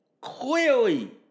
clearly